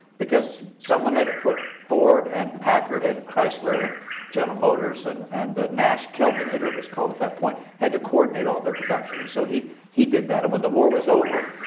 because someone had to put ford and packard and chrysler and general motors and and ah nash-kelvinator it was called at that point had to coordinate all their production. and so he he did that. and when the war was over,